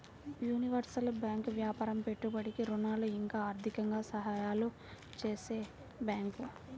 universal bank వ్యాపారం పెట్టుబడికి ఋణాలు ఇంకా ఆర్థికంగా సహాయాలు చేసే బ్యాంకు